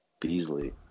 Beasley